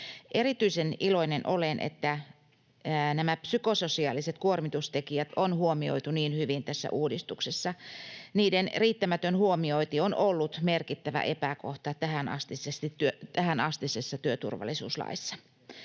Erityisen iloinen olen, että psykososiaaliset kuormitustekijät on huomioitu niin hyvin tässä uudistuksessa. Niiden riittämätön huomiointi on ollut merkittävä epäkohta tähänastisessa työturvallisuuslaissa.